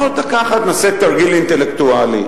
בוא דקה אחת נעשה תרגיל אינטלקטואלי.